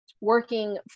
working